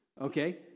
Okay